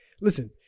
listen